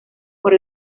por